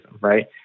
right